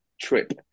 trip